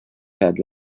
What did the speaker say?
ted